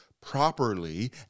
properly